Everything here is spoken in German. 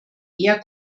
eher